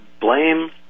blame